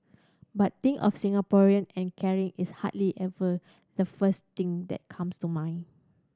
but think of Singaporean and caring is hardly ever the first thing that comes to mind